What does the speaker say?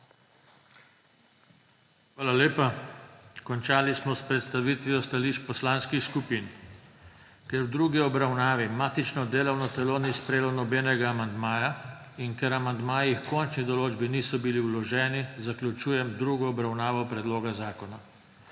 Hvala lepa. Končali smo s predstavitvijo stališč poslanskih skupin. Ker v drugi obravnavi matično delovno telo ni sprejelo nobenega amandmaja in ker amandmaji h končni določbi niso bili vloženi, zaključujem drugo obravnavo predloga zakona.